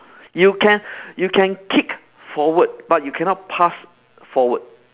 you can you can kick forward but you cannot pass forward